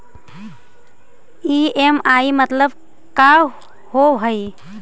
EMI मतलब का होब हइ?